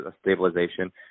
stabilization